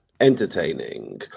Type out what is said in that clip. entertaining